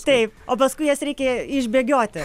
taip o paskui jas reikia išbėgioti